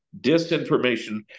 disinformation